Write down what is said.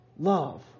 Love